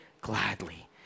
gladly